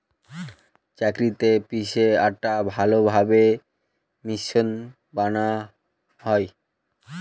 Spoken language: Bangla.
চাক্কিতে পিষে আটা ভালোভাবে মসৃন বানানো হয়